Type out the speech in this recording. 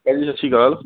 ਭਾਅ ਜੀ ਸਤਿ ਸ਼੍ਰੀ ਅਕਾਲ